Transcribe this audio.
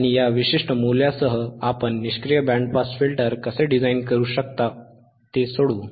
आणि या विशिष्ट मूल्यासह आपण निष्क्रिय बँड पास फिल्टर कसे डिझाइन करू शकतो ते सोडवू